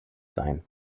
sein